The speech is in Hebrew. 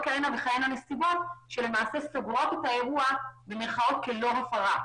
כהנה וכהנה נסיבות שסוגרות את האירוע לא כהפרה.